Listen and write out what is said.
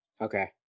Okay